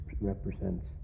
represents